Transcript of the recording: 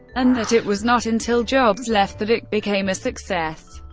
and that it was not until jobs left that it became a success.